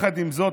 עם זאת,